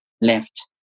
left